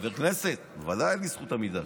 חבר כנסת, בוודאי אין לי זכות עמידה.